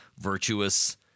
virtuous